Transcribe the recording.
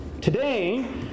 today